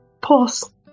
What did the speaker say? pause